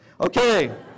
Okay